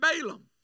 Balaam